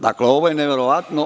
Dakle, ovo je neverovatno.